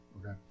okay